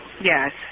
Yes